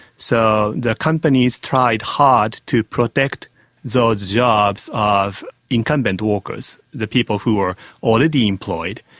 so the companies tried hard to protect those jobs of incumbent workers, the people who were already employed.